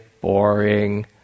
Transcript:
boring